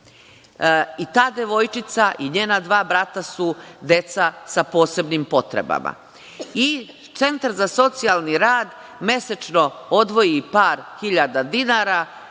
Ta devojčica i njena dva brata su deca sa posebnim potrebama. I Centar za socijalni rad mesečno odvoji par hiljada dinara.